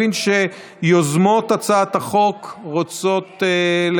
את, צביקה, כשזה